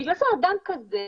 בגלל זה אדם כזה,